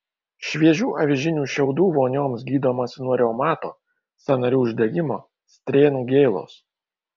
šviežių avižinių šiaudų vonioms gydomasi nuo reumato sąnarių uždegimo strėnų gėlos